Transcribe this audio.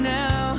now